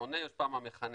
המונה יושפע מהמכנה,